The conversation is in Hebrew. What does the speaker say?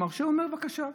הוא אומר: בבקשה.